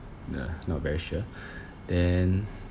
nah not very sure then